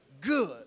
good